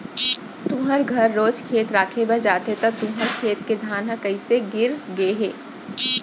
तुँहर घर रोज खेत राखे बर जाथे त तुँहर खेत के धान ह कइसे गिर गे हे?